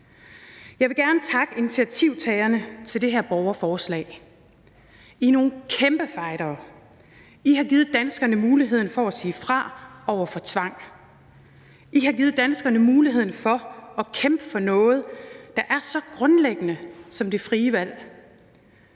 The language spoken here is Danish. Jeg vil gerne takke initiativtagerne til det her borgerforslag. I er nogle kæmpe fightere. I har givet danskerne muligheden for at sige fra over for tvang; I har givet danskerne muligheden for at kæmpe for noget, der er så grundlæggende som det frie valg;